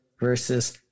versus